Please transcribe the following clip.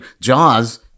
Jaws